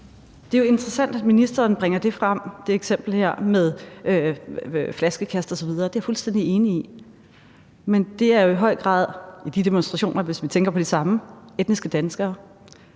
Det er jo interessant, at ministeren bringer det eksempel her med flaskekast osv. frem – der er jeg fuldstændig enig – men det er jo i høj grad de demonstranter, hvis man tænker på de samme etniske danskere,